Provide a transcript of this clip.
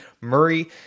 Murray